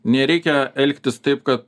nereikia elgtis taip kad